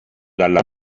dalla